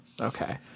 Okay